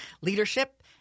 leadership